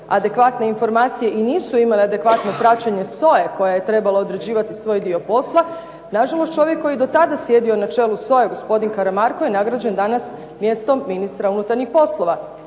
adekvatne informacije i nisu imali adekvatno praćenje SOA-e koja je trebala određivati svoj dio posla. Na žalost, čovjek koji je do tada sjedio na čelu SOA-e gospodin Karamarko je nagrađen danas mjestom ministra unutarnjih poslova.